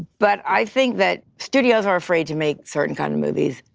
but i think that studios are afraid to make certain kind of movies.